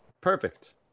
perfect